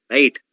Right